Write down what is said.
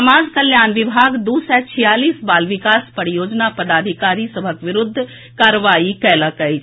समाज कल्याण विभाग दू सय छियालीस बाल विकास परियोजना पदाधिकारी सभक विरूद्ध कार्रवाई कयलक अछि